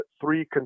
three